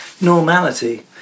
normality